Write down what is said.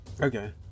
Okay